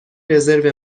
رزرو